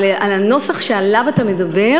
אבל על הנוסח שעליו אתה מדבר,